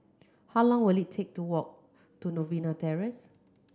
how long will it take to walk to Novena Terrace